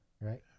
Right